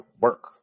work